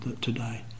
today